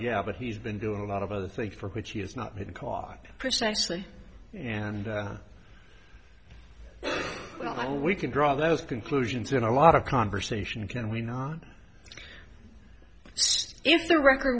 yeah but he's been doing a lot of other things for which he has not been caught precisely and well we can draw those conclusions in a lot of conversation can we not if the record